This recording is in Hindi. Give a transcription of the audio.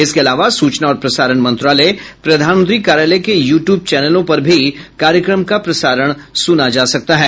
इसके अलावा सूचना और प्रसारण मंत्रालय प्रधानमंत्री कार्यालय के यूट्यूब चैनलों पर भी कार्यक्रम का प्रसारण सुना जा सकता है